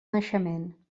naixement